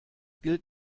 gilt